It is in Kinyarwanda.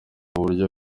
buryo